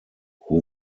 who